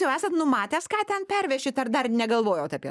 jau esat numatęs ką ten pervešit ar dar negalvojote apie